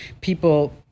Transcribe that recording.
people